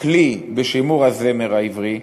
כלי בשימור הזמר העברי.